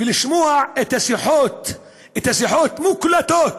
ולשמוע את השיחות, את השיחות המוקלטות,